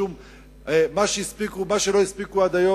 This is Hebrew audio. מה שלא הספיקו עד היום,